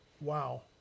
wow